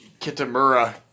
Kitamura